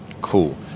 Cool